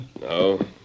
No